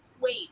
wait